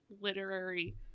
literary